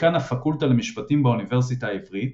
דיקן הפקולטה למשפטים באוניברסיטה העברית,